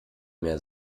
mehr